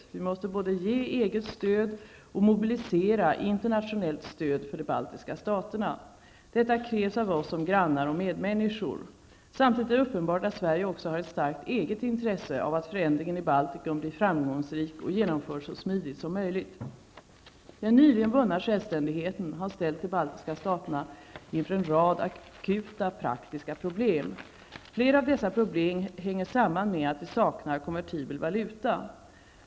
Vi måste både ge eget stöd och mobilisera internationellt stöd för de baltiska staterna. Detta krävs av oss som grannar och medmänniskor. Samtidigt är det uppenbart att Sverige också har ett starkt eget intresse av att förändringen i Baltikum blir framgångsrik och genomförs så smidigt som möjligt. Den nyligen vunna självständigheten har ställt de baltiska staterna inför en rad akuta praktiska problem. Flera av dessa problem hänger samman med att de saknar konvertibel valuta.